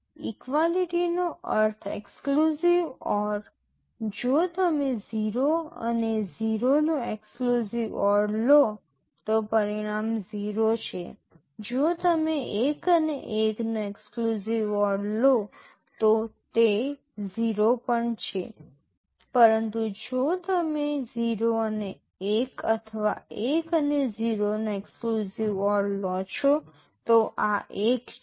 equality નો અર્થ exclusive or જો તમે 0 અને 0 નો એક્ષકલુસીવ ઓર લો તો પરિણામ 0 છે જો તમે 1 અને 1 નો એક્ષકલુસીવ ઓર લો તો તે 0 પણ છે પરંતુ જો તમે 0 અને 1 અથવા 1 અને 0 નો એક્ષકલુસીવ ઓર લો છો તો આ 1 છે